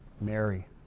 Mary